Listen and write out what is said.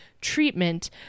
treatment